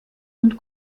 und